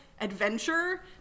adventure